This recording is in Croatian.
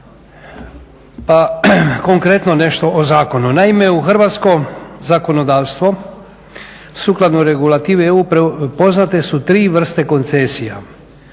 Pa konkretno nešto o zakonu. Naime, u hrvatskom zakonodavstvu sukladno regulativi EU poznate su tri vrste koncesija.